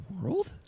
world